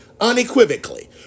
unequivocally